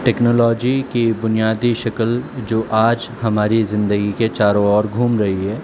technology کی بنیادی شکل جو آج ہماری زندگی کے چاروں اور گھوم رہی ہے